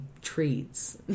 treats